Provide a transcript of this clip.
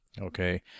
Okay